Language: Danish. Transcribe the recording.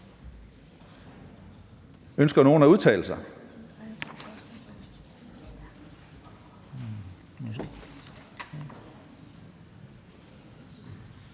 Ønsker nogen at udtale sig?